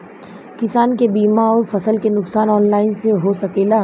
किसान के बीमा अउर फसल के नुकसान ऑनलाइन से हो सकेला?